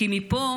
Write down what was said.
כי מפה,